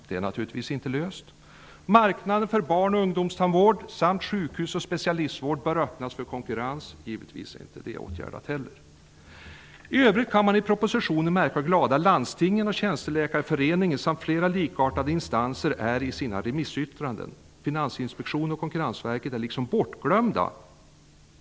Det är naturligtvis inte löst. -- Marknaderna för barn och ungdomstandvård samt sjukhus och specialistvård bör öppnas för konkurrens. Givetvis är inte heller detta åtgärdat. I övrigt kan man i propositionen märka hur glada landstingen, Tjänsteläkarföreningen samt flera likartade instanser är i sina remissyttranden. Finansinspektionen och Konkurrensverket är liksom bortglömda.